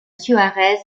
suárez